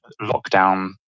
lockdown